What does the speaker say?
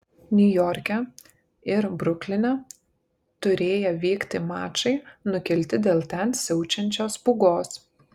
niujorke ir brukline turėję vykti mačai nukelti dėl ten siaučiančios pūgos